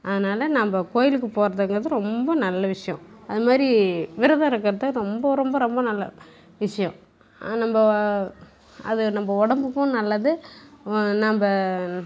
அதனால நம்ம கோவிலுக்கு போகிறதுங்குறது ரொம்ப நல்ல விஷயம் அது மாரி விரதம் இருக்கிறது ரொம்ப ரொம்ப ரொம்ப நல்ல விஷயம் நம்ம அது நம்ம உடம்புக்கும் நல்லது நம்ம